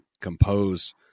compose